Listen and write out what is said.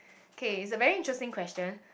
okay it's a very interesting question